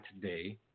today